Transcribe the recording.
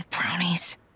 brownies